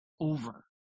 over